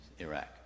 Iraq